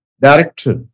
director